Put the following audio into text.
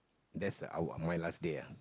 that's our my last day ah